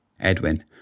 Edwin